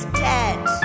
dead